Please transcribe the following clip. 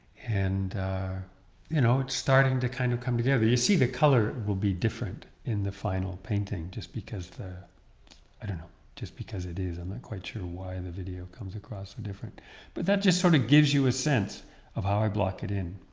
and ah you know it's starting to kind of come together you see the color will be different in the final painting just because the i don't know, just because it is i'm not and like quite sure why the video comes across or different but that just sort of gives you a sense of how i block it in!